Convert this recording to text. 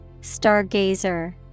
Stargazer